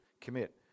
commit